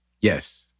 Yes